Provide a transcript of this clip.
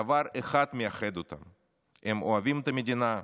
דבר אחד מייחד אותם: הם אוהבים את המדינה,